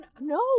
no